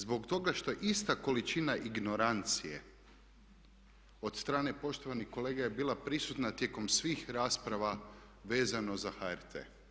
Zbog toga što ista količina ignorancije od strane poštovanih kolega je bila prisutna tijekom svih rasprava vezano za HRT.